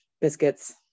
biscuits